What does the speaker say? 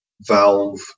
Valve